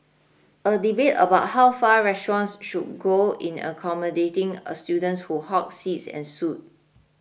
a debate about how far restaurants should go in accommodating students who hog seats ensued